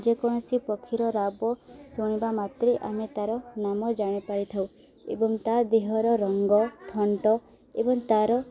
ଯେକୌଣସି ପକ୍ଷୀର ରାବ ଶୁଣିବା ମାତ୍ରେ ଆମେ ତାର ନାମ ଜାଣିପାରିଥାଉ ଏବଂ ତା' ଦେହର ରଙ୍ଗ ଥଣ୍ଟ ଏବଂ ତାର